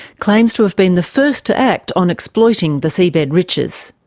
claims to have been the first to act on exploiting the seabed riches.